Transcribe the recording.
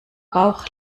bauch